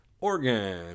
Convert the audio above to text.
organ